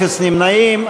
אפס נמנעים.